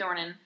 Dornan